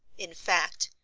in fact,